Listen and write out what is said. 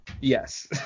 Yes